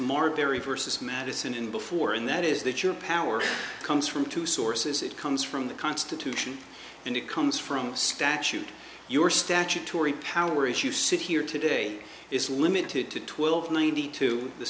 marbury versus madison and before and that is that your power comes from two sources it comes from the constitution and it comes from statute your statutory power issue sit here today is limited to twelve ninety two the